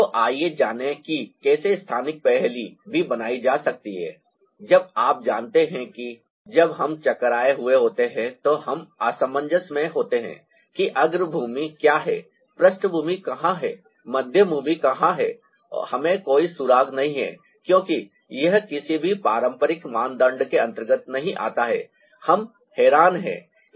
तो आइए जानें कि कैसे स्थानिक पहेली भी बनाई जा सकती है जब आप जानते हैं कि जब हम चकराए हुए होते हैं तो हम असमंजस में होते हैं कि अग्रभूमि क्या है पृष्ठभूमि कहां है मध्य भूमि कहां है और हमें कोई सुराग नहीं है क्योंकि यह किसी भी पारंपरिक मानदंड के अंतर्गत नहीं आता है हम हैरान हैं